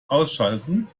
ausschalten